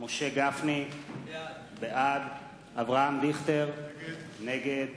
משה גפני, בעד אברהם דיכטר, נגד